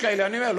אני אומר,